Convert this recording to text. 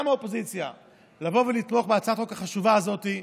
האופוזיציה לתמוך בהצעת החוק החשובה הזאת.